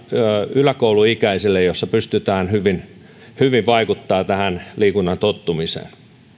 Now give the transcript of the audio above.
yläkouluikäisille jossa iässä pystytään hyvin hyvin vaikuttamaan tähän liikuntaan tottumiseen